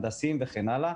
הנדסיים וכן הלאה,